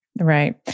Right